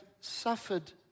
suffered